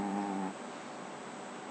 mm